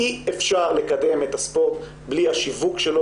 אי אפשר לקדם את הספורט בלי השיווק שלו